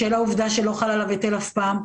בשל העובדה שלא חל עליו היטל אף פעם,